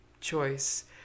choice